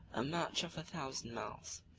a march of a thousand miles.